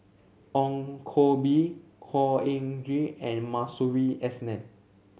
Ong Koh Bee Khor Ean Ghee and Masuri S N